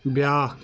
بیٛاکھ